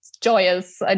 joyous